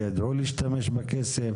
וידעו להשתמש בכסף.